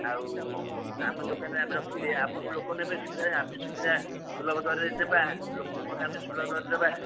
ଆଉ ଆମ ଦୋକାନରେ ଆମେ ରଖିଲେ ଆମଠୁ ଲୋକ ନେବେ ସୁବିଧାରେ ଆମେ ସୁବିଧା ସୁଲଭ ଦରରେ ନେବା ଲୋକଙ୍କୁ ମଧ୍ୟ ଆମେ ସୁଲଭ ଦରରେ ଦେବା